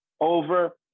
over